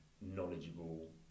knowledgeable